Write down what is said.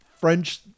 French